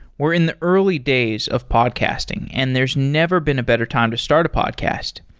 we're in the early days of podcasting, and there's never been a better time to start a podcast.